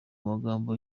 amagambo